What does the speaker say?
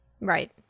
Right